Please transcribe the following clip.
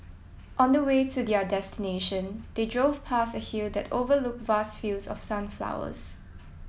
on the way to their destination they drove past a hill that overlooked vast fields of sunflowers